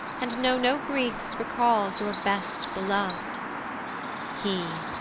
and know no grief recals your best-belov'd he,